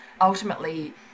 ultimately